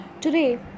Today